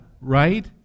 Right